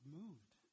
moved